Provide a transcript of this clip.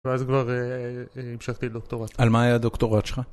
ואז כבר המשכתי לדוקטורט. על מה היה הדוקטורט שלך?